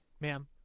ma'am